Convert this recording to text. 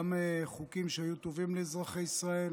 גם לחוקים שהיו טובים לאזרחי ישראל